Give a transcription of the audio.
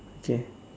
okay